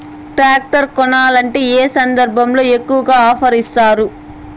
Tractor కొనాలంటే ఏ సందర్భంలో ఎక్కువగా ఆఫర్ ఇస్తారు?